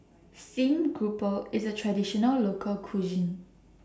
Steamed Grouper IS A Traditional Local Cuisine